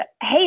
hey